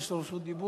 יש לו רשות דיבור.